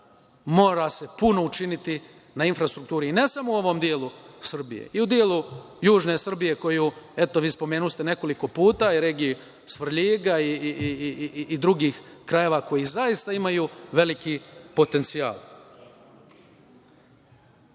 mora puno učiniti na infrastrukturi, ne samo u ovom delu Srbije, i u delu južne Srbije koju ste spomenuli nekoliko puta, u regiji Svrljiga i drugih krajeva koji zaista imaju veliki potencijal. Drago